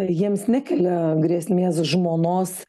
jiems nekelia grėsmės žmonos